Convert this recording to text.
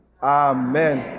Amen